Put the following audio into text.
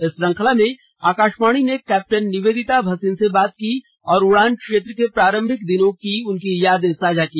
इसी श्रृंखला में आकाशवाणी ने कैप्टन निवेदिता भसीन से बात की और उड़ान क्षेत्र के प्रारंभिक दिनों की उनकी यादें साझा की